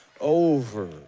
over